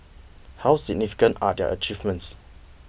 how significant are their achievements